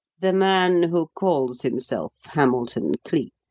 the man who calls himself hamilton cleek.